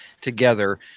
together